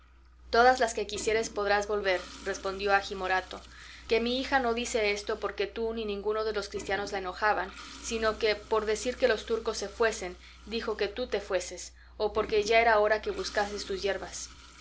todas las que quisieres podrás volver respondió agi morato que mi hija no dice esto porque tú ni ninguno de los cristianos la enojaban sino que por decir que los turcos se fuesen dijo que tú te fueses o porque ya era hora que buscases tus